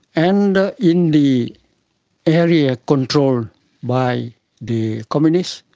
and in the area controlled by the communists,